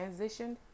transitioned